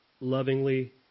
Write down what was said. lovingly